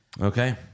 Okay